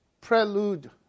prelude